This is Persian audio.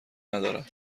ندارد